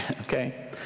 okay